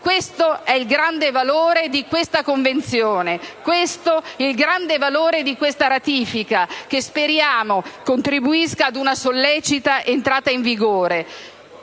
Questo è il grande valore della Convenzione di Istanbul, questo è il grande valore di questa ratifica, che speriamo contribuisca ad una sollecita entrata in vigore.